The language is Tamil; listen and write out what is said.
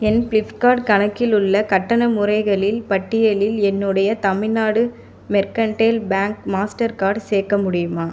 என் ஃப்ளிப்கார்ட் கணக்கில் உள்ள கட்டண முறைகளின் பட்டியலில் என்னுடைய Tamil Nadu Mercantile Bank Mastercard சேர்க்க முடியுமா